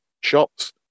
shops